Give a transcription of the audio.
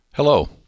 Hello